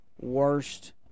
worst